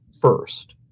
first